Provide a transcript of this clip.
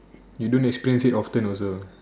you do next clean sheet often also